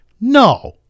No